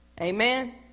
Amen